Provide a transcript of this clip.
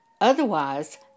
Otherwise